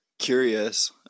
curious